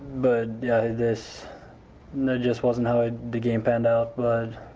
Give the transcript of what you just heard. but yeah this menace was now in the game and out but